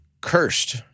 Cursed